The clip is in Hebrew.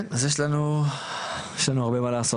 כן, אז יש לנו הרבה מה לעשות.